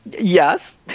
yes